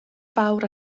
fawr